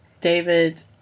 David